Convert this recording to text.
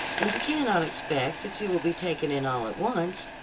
and you cannot expect that you will be taken in all at once,